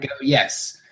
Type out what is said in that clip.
Yes